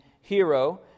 hero